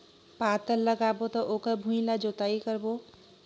पातल लगाबो त ओकर भुईं ला जोतई करबो?